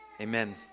amen